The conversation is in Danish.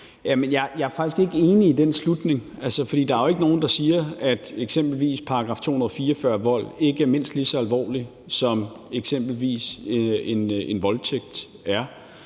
jeg er faktisk ikke enig i den slutning, for der er jo ikke nogen, der siger, at eksempelvis § 244-vold ikke er mindst lige så alvorlig, som eksempelvis en voldtægt er.